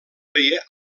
feia